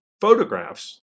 photographs